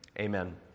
Amen